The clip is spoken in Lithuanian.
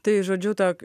tai žodžiu to